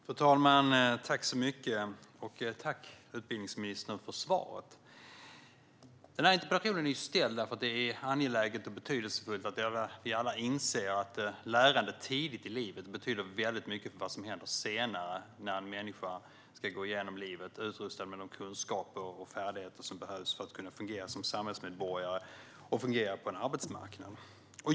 Fru talman! Tack för svaret, utbildningsministern! Denna interpellation är ställd därför att det är angeläget och betydelsefullt att vi alla inser att lärande tidigt i livet betyder väldigt mycket för vad som händer senare, när en människa ska gå igenom livet utrustad med de kunskaper och färdigheter som behövs för att kunna fungera som samhällsmedborgare och på en arbetsmarknad.